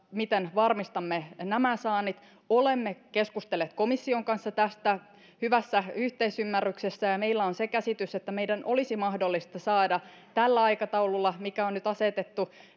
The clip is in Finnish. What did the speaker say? miten varmistamme eu rahojen saannit olemme keskustelleet komission kanssa tästä hyvässä yhteisymmärryksessä ja meillä on se käsitys että meidän olisi mahdollista saada suunnittelurahoitusta tällä aikataululla mikä on nyt asetettu